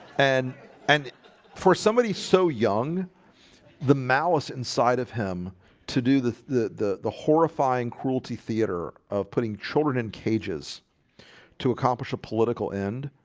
and and for somebody so young the malice inside of him to do the the the the horrifying cruelty theater of putting children in cages to accomplish a political end.